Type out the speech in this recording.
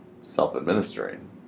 self-administering